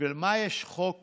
בשביל מה יש חוק